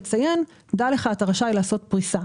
נציין שהאזרח ידע שהוא רשאי לעשות פריסה.